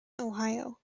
ohio